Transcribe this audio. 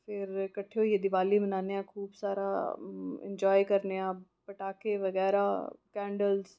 फिर कट्ठे होइयै दिवाली मनानेआं खूब सारा इंजाय करन्नेआं पटाखे बगैरा कैंडलस